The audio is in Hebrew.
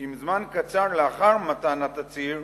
אם זמן קצר לאחר מתן התצהיר